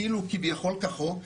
כביכול כחוק,